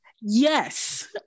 Yes